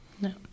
No